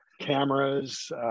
cameras